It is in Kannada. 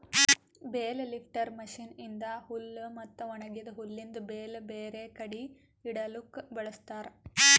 ಬೇಲ್ ಲಿಫ್ಟರ್ ಮಷೀನ್ ಇಂದಾ ಹುಲ್ ಮತ್ತ ಒಣಗಿದ ಹುಲ್ಲಿಂದ್ ಬೇಲ್ ಬೇರೆ ಕಡಿ ಇಡಲುಕ್ ಬಳ್ಸತಾರ್